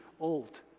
old